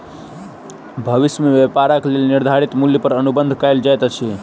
भविष्य में व्यापारक लेल निर्धारित मूल्य पर अनुबंध कएल जाइत अछि